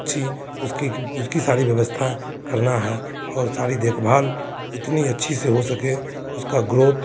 अच्छी उसकी उसकी सारी व्यवस्था करना है और सारी देखभाल इतनी अच्छी से हो सके उसका ग्रोथ